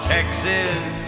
Texas